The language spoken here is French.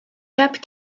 cape